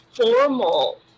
formal